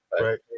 Right